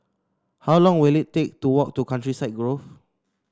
how long will it take to walk to Countryside Grove